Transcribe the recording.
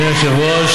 אדוני היושב-ראש,